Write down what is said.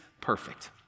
perfect